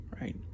right